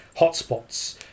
hotspots